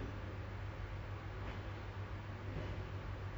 it's not far it's not really far away from the M_R_T